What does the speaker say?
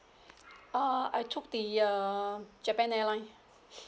ah I took the err japan airline